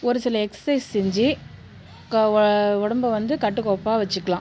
ஒரு சில எக்சசைஸ் செஞ்சு க வோ உடம்ப வந்து கட்டு கோப்பாக வச்சுக்கலாம்